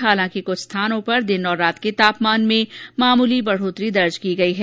हालांकि कुछ स्थानों पर दिन और रात के तापमान में मामूली बढ़ोतरी दर्ज की गई है